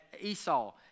Esau